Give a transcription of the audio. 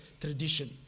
tradition